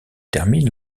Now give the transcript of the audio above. termine